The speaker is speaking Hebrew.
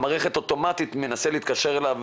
שהמערכת אוטומטית מנסה להתקשר אליו